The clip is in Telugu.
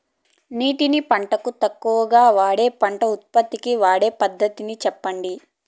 నీటిని పంటలకు తక్కువగా వాడే పంట ఉత్పత్తికి వాడే పద్ధతిని సెప్పండి?